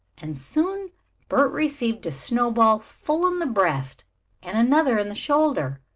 and soon bert received a snowball full in the breast and another in the shoulder.